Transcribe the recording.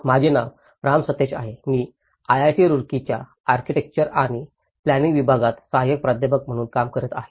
माझे नाव राम सतेश आहे मी आयआयटी रुड़कीच्या आर्किटेक्चर आणि प्लानिंग विभागात सहाय्यक प्राध्यापक म्हणून काम करत आहे